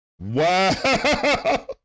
Wow